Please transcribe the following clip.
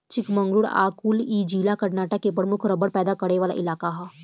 चिकमंगलूर आ कुर्ग इ जिला कर्नाटक के प्रमुख रबड़ पैदा करे वाला इलाका ह